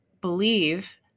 believe